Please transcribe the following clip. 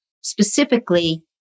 Specifically